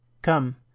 Come